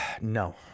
No